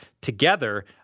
together